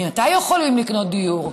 ממתי יכולים לקנות דירה?